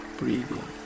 breathing